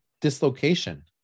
dislocation